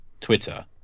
Twitter